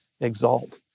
exalt